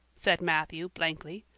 said matthew blankly.